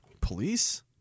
Police